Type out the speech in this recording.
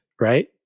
right